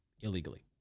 illegally